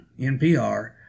NPR